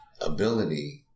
ability